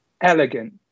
elegant